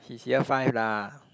he's year five lah